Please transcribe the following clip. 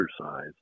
exercise